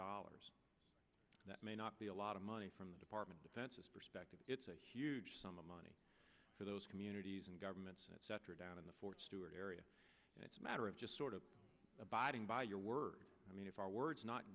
dollars that may not be a lot of money from the department of defense it's a huge sum of money for those communities and governments etc down in the fort stewart area and it's a matter of just sort of abiding by your word i mean if our words not